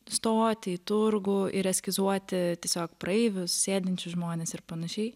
stotį į turgų ir eskizuoti tiesiog praeivius sėdinčius žmones ir panašiai